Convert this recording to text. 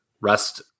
rest